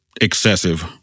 excessive